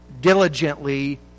diligently